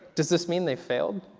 does this mean they failed?